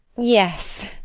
yes.